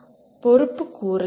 "பொறுப்புக்கூறல்"